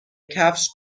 کفش